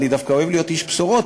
ואני דווקא אוהב להיות איש בשורות,